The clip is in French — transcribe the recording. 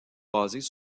basés